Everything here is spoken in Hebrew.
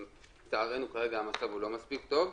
שלצערנו המצב כרגע לא מספיק טוב.